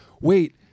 wait